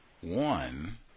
one